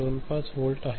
25 volt आहे